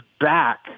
back